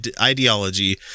ideology